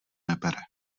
nebere